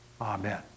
Amen